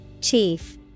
Chief